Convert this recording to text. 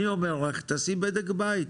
אני אומר לך, תעשי בדק בית.